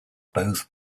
both